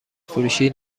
فروشی